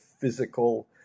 physical